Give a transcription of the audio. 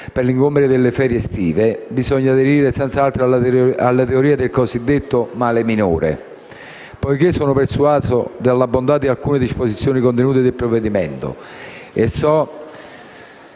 per l'incombere delle ferie estive, bisogna aderire senz'altro alla teoria del cosiddetto male minore. Poiché sono persuaso della bontà di alcune disposizioni contenute del provvedimento